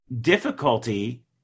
difficulty